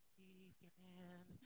began